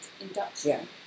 induction